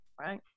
right